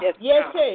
Yes